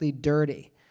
dirty